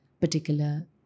particular